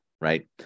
right